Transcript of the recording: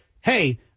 hey